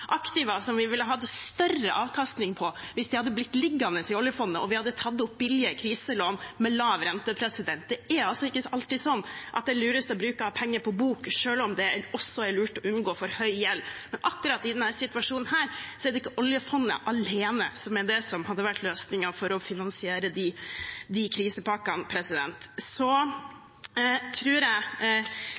hadde blitt liggende i oljefondet og vi hadde tatt opp billige kriselån med lav rente. Det er altså ikke alltid sånn at det er lurest å bruke av penger på bok, selv om det også er lurt å unngå for høy gjeld. Akkurat i denne situasjonen er det ikke oljefondet alene som er det som hadde vært løsningen for å finansiere de krisepakkene. Så tror jeg